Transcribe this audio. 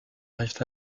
arrivent